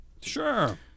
Sure